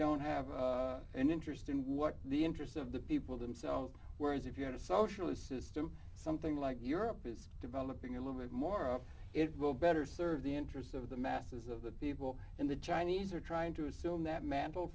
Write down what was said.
don't have an interest in what the interests of the people themselves whereas if you're a socialist system something like europe is developing a little bit more it will better serve the interests of the masses of the people in the chinese are trying to assume that man